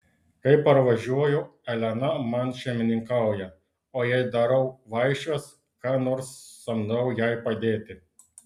kai parvažiuoju elena man šeimininkauja o jei darau vaišes ką nors samdau jai padėti